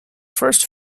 first